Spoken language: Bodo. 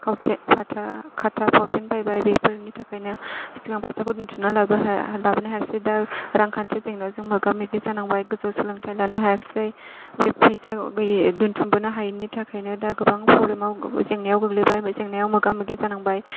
फावथेन खाथा खाथा फावथेन बायबाय बेफोरनि थाखायनो सिगां फैसाखौ दोनथुमना लाबोनो हाया लाबोनो हायासै दा रांखान्थि जेंनाजों मोगा मोगि जानांबाय गोजौ सोलोंथाइ लानो हायासै बे फैसा गैयि दोनथुमबोनो हायिनि थाखायनो दा गोबां प्रब्लेमाव जेंनायाव गोग्लैबाय बा जेंनायाव मोगा मोगि जानांबाय